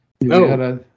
No